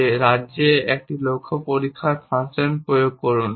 যে একটি রাজ্যে একটি লক্ষ্য পরীক্ষার ফাংশন প্রয়োগ করুন